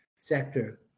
sector